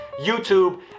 YouTube